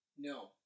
No